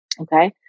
Okay